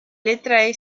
letra